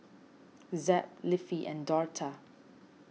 Zeb Leafy and Dortha